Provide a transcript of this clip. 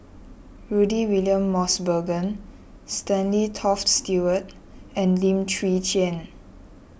Rudy William Mosbergen Stanley Toft Stewart and Lim Chwee Chian